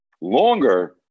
longer